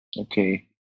Okay